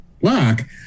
black